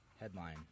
headline